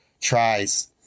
tries